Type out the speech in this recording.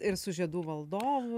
ir su žiedų valdovu